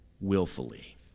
willfully